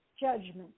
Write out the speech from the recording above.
judgment